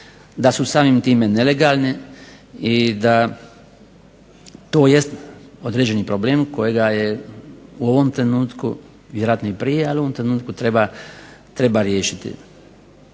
da su samim time nelegalni i da to jest određeni problem kojega je u ovom trenutku vjerojatno i prije, ali u ovom trenutku treba riješiti.